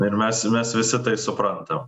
na ir mes mes visi tai suprantam